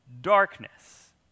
darkness